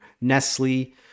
Nestle